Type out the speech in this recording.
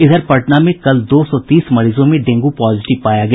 इधर पटना में कल दो सौ तीस मरीजों में डेंगू पॉजिटीव पाया गया